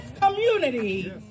community